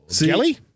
Kelly